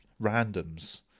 randoms